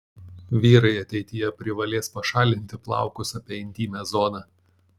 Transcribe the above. vyrai ateityje privalės pašalinti plaukus apie intymią zoną